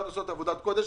שעושות עבודת קודש.